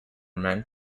meant